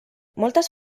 moltes